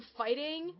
fighting